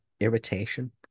irritation